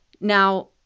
Now